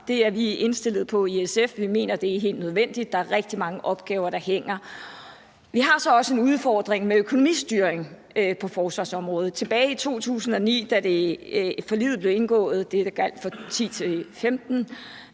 Det er vi indstillet på i SF. Vi mener, det er helt nødvendigt. Der er rigtig mange opgaver, der hænger. Vi har så også en udfordring med økonomistyring på forsvarsområdet. Tilbage i 2009, da forliget blev indgået, altså det,